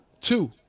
Two